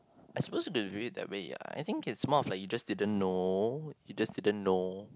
I suppose if you do it that way ya I think is more like you just didn't know you just didn't know